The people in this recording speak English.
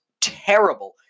terrible